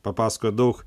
papasakojo daug